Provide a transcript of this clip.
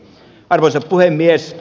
arvoisa puhemies